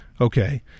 okay